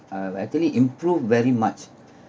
um actually improved very much